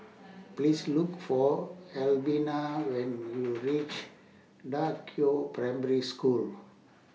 Please Look For Albina when YOU REACH DA Qiao Primary School